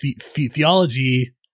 theology